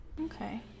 Okay